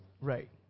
Right